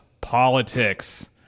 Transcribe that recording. politics